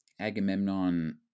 Agamemnon